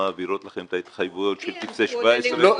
מעבירות לכם את ההתחייבויות של טופסי 17?